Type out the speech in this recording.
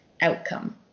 outcome